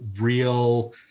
real